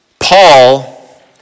Paul